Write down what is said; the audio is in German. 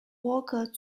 walker